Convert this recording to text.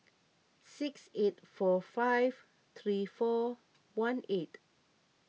six eight four five three four one eight